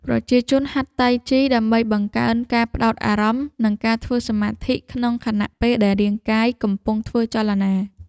ប្រជាជនហាត់តៃជីដើម្បីបង្កើនការផ្ដោតអារម្មណ៍ និងការធ្វើសមាធិក្នុងខណៈពេលដែលរាងកាយកំពុងធ្វើចលនា។